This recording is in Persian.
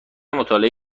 مطالعه